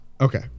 Okay